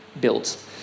built